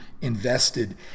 invested